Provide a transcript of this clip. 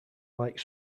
like